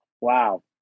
Wow